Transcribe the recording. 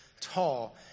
tall